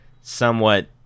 somewhat